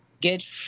get